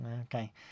Okay